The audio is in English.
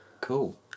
Cool